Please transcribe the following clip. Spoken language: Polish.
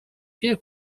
wie